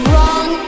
Wrong